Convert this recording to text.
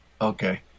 Okay